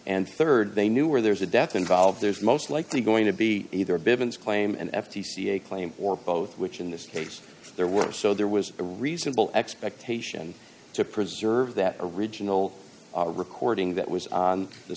and rd they knew where there's a death involved there's most likely going to be either bivins claim an f t c a claim or both which in this case there were so there was a reasonable expectation to preserve that original recording that was on the